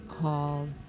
called